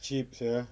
cheap sia